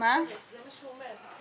זה מה שהוא אומר,